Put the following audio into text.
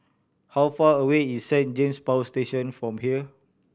how far away is Saint James Power Station from here